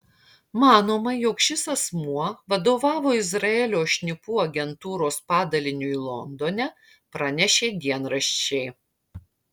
manoma jog šis asmuo vadovavo izraelio šnipų agentūros padaliniui londone pranešė dienraščiai